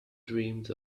dreamed